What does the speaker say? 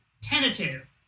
tentative